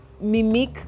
mimic